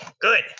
Good